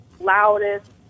loudest